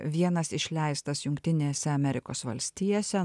vienas išleistas jungtinėse amerikos valstijose